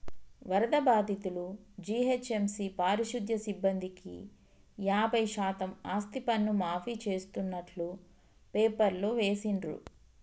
వరద బాధితులు, జీహెచ్ఎంసీ పారిశుధ్య సిబ్బందికి యాభై శాతం ఆస్తిపన్ను మాఫీ చేస్తున్నట్టు పేపర్లో వేసిండ్రు